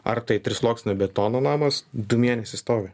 ar tai trisluoksnio betono namas du mėnesiai stovi